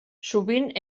sovint